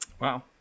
Wow